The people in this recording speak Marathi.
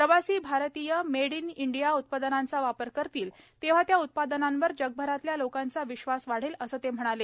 प्रवासी भारतीय मेड इन इंडिया उत्पादनांचा वापर करतील तेव्हा त्या उत्पादनांवर जगभरातल्या लोकांचा विश्वास वाढेल असं ते म्हणाले